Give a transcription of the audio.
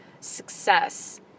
success